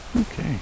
Okay